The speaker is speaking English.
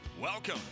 Welcome